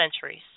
centuries